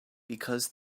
because